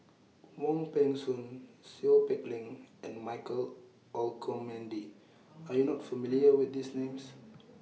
Wong Peng Soon Seow Peck Leng and Michael Olcomendy Are YOU not familiar with These Names